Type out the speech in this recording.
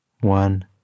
One